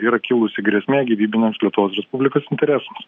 yra kilusi grėsmė gyvybiniams lietuvos respublikos interesams